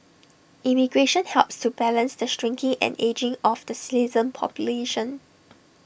immigration helps to balance the shrinking and ageing of the citizen population